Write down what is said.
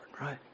right